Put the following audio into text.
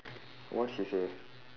what she say